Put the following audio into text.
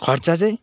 खर्च चाहिँ